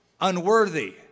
unworthy